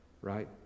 Right